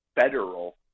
federal